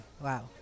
wow